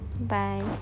Bye